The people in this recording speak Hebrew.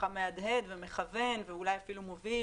מהדהד ומכוון ואולי אפילו מוביל